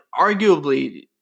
arguably